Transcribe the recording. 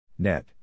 Net